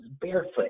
barefoot